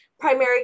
primary